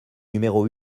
numéro